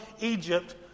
Egypt